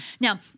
Now